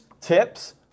tips